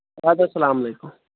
اَدٕ حظ السلام علیکُم